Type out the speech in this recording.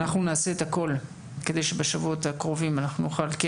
אנחנו נעשה את הכול כדי שבשבועות הקרובים אנחנו נוכל כן